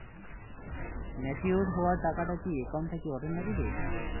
Matured হওয়া টাকাটা কি একাউন্ট থাকি অটের নাগিবে?